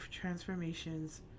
transformations